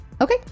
Okay